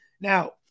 Now